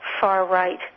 far-right